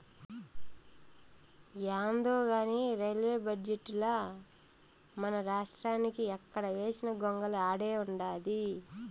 యాందో కానీ రైల్వే బడ్జెటుల మనరాష్ట్రానికి ఎక్కడ వేసిన గొంగలి ఆడే ఉండాది